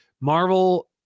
Marvel